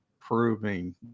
proving